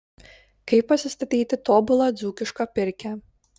kaip pasistatyti tobulą dzūkišką pirkią